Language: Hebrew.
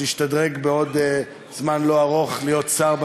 שישתדרג בעוד זמן לא ארוך להיות שר בממשלה,